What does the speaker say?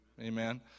Amen